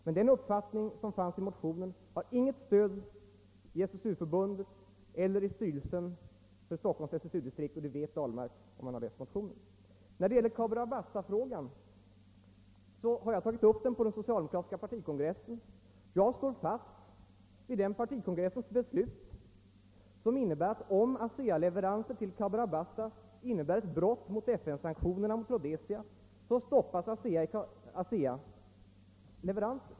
Men den uppfattning som framförs i den påtalade motionen har som sagt inget stöd hos SSU-förbundet eller hos styrelsen för Stockholms SSU-distrikt, och det vet herr Ahlmark. När det sedan gäller Cabora Bassafrågan har jag tagit upp den på den socialdemokratiska partikongressen, och jag står fast vid kongressens beslut som innebär, att om ASEA:s leveranser till Cabora Bassa är ett brott mot FN-sank-. tionerna gentemot Rhodesia, så kom-: mer leveranserna att stoppas.